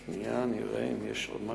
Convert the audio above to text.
שנייה, נראה אם יש עוד משהו.